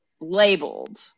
labeled